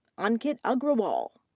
ankit agrawal,